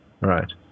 Right